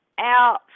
out